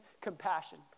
compassion